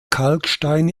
kalkstein